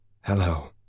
Hello